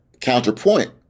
counterpoint